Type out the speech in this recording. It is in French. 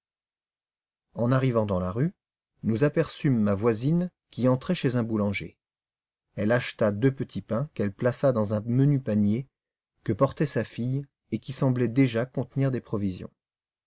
en arrivant dans la rue nous aperçûmes ma voisine qui entrait chez un boulanger elle acheta deux petits pains qu'elle plaça dans un menu panier que portait sa fille et qui semblait déjà contenir des provisions